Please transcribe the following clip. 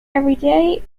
everyday